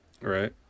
right